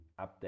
update